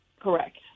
Correct